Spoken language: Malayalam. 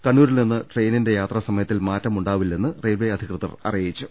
കണ്ണൂരിൽ നിന്ന് ട്രെയിനിന്റെ യാത്രാസമയത്തിൽ മാറ്റമുണ്ടാവി ല്ലെന്ന് റെയിൽവെ അധികൃതർ അറിയിച്ചു